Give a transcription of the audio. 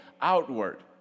outward